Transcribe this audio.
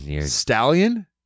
stallion